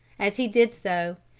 as he did so,